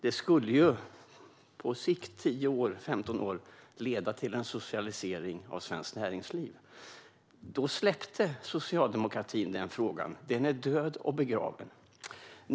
Det skulle ju på 10-15 års sikt leda till en socialisering av svenskt näringsliv. Då släppte socialdemokratin denna fråga; den är död och begraven.